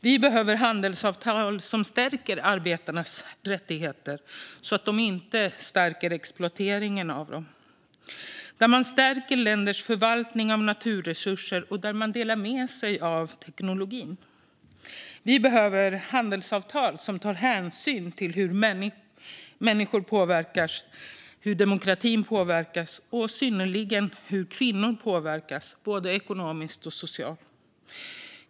Vi behöver handelsavtal som stärker arbetarnas rättigheter, så att de inte stärker exploateringen av dem. Vi behöver handelsavtal där man stärker länders förvaltning av naturresurser och där man delar med sig av tekniken. Vi behöver handelsavtal som tar hänsyn till hur människor påverkas och demokratin påverkas och i synnerhet hur kvinnor påverkas både ekonomiskt och socialt.